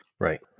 Right